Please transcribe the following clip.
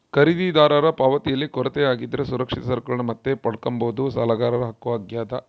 ಖರೀದಿದಾರರ ಪಾವತಿಯಲ್ಲಿ ಕೊರತೆ ಆಗಿದ್ದರೆ ಸುರಕ್ಷಿತ ಸರಕುಗಳನ್ನು ಮತ್ತೆ ಪಡ್ಕಂಬದು ಸಾಲಗಾರರ ಹಕ್ಕು ಆಗ್ಯಾದ